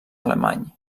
alemany